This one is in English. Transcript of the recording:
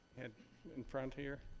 and in front here.